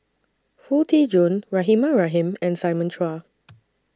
Foo Tee Jun Rahimah Rahim and Simon Chua